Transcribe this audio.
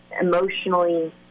emotionally